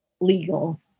legal